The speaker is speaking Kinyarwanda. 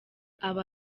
aba